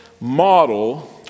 model